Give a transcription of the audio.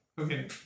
Okay